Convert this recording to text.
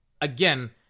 Again